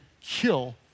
kill